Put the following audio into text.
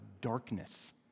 darkness